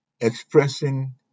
expressing